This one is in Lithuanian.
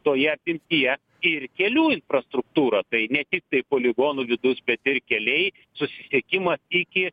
toje apimtyje ir kelių infrastruktūrą tai ne tiktai poligonų vidus bet ir keliai susisiekimas iki